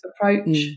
approach